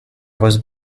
was